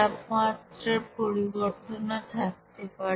তাপমাত্রার পরিবর্তন ও থাকতে পারে